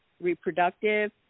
reproductive